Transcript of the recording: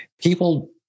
People